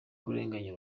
kurenganya